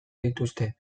dituzte